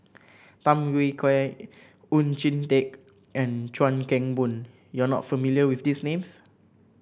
Tham Yui Kai Oon Jin Teik and Chuan Keng Boon you are not familiar with these names